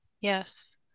Yes